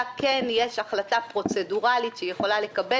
אחד לאחד לפרוטוקול על מנת שנדון בזה ונקבל